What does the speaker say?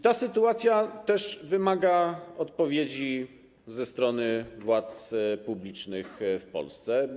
Ta sytuacja też wymaga odpowiedzi ze strony władz publicznych w Polsce.